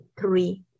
three